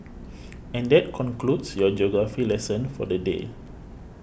and that concludes your geography lesson for the day